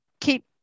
keep